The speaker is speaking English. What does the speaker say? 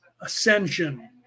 ascension